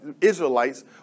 Israelites